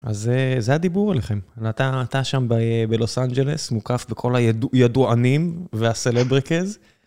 אז זה הדיבור עליכם, אתה שם בלוס אנג'לס, מוקף בכל הידוענים והסלבריקז.